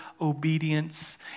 obedience